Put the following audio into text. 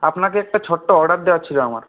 আপনাকে একটা ছোট্ট অর্ডার দেওয়ার ছিল আমার